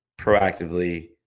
proactively